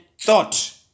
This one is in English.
thought